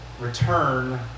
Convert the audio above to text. Return